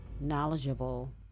knowledgeable